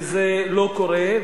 וזה לא קורה,